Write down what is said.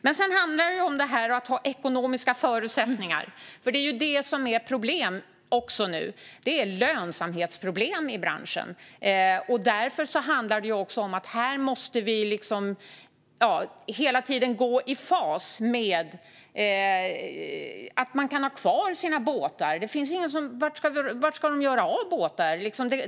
Men det handlar också om ekonomiska förutsättningar, och just nu har branschen lönsamhetsproblem. Därför måste vi hela tiden vara i fas så att de kan ha kvar sina båtar. Var ska de annars göra av dem?